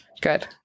Good